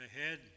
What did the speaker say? ahead